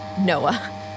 Noah